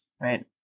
right